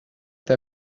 they